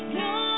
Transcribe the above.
go